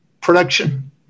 production